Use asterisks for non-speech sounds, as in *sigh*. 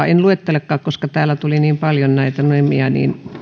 *unintelligible* en luettele koska täällä tuli niin paljon näitä nimiä